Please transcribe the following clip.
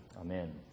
Amen